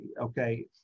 Okay